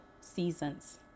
seasons